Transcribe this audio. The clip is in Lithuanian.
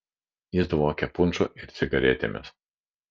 jis dvokė punšu ir cigaretėmis